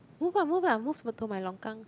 move ah move ah move to to my longkang